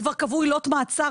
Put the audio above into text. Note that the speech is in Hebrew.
כבר קבעו עילות מעצר,